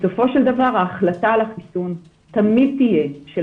בסופו של דבר ההחלטה על החיסון תמיד תהיה של